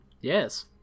yes